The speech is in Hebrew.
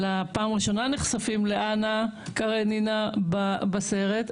אלא פעם ראשונה נחשפים לאנה קרנינה בסרט,